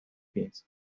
piensa